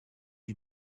you